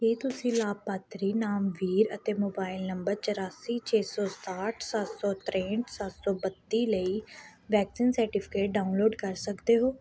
ਕੀ ਤੁਸੀਂ ਲਾਭਪਾਤਰੀ ਨਾਮ ਵੀਰ ਅਤੇ ਮੋਬਾਈਲ ਨੰਬਰ ਚੁਰਾਸੀ ਛੇ ਸੌ ਸਤਾਹਠ ਸੱਤ ਸੌ ਤ੍ਰੇਹਠ ਸੱਤ ਸੌ ਬੱਤੀ ਲਈ ਵੈਕਸੀਨ ਸਰਟੀਫਿਕੇਟ ਡਾਊਨਲੋਡ ਕਰ ਸਕਦੇ ਹੋ